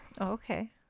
Okay